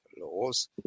laws